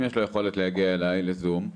אם יש לו יכולת להגיע אליי לזום,